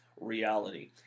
reality